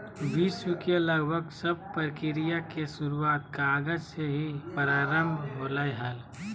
विश्व के लगभग सब प्रक्रिया के शुरूआत कागज से ही प्रारम्भ होलय हल